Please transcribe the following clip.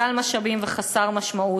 דל משאבים וחסר משמעות.